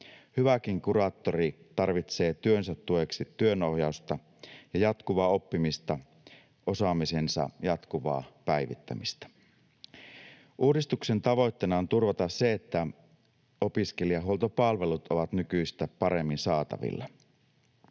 Hyväkin kuraattori tarvitsee työnsä tueksi työnohjausta ja jatkuvaa oppimista, osaamisensa jatkuvaa päivittämistä. Uudistuksen tavoitteena on turvata se, että opiskelijahuoltopalvelut ovat nykyistä paremmin saatavilla.